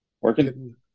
working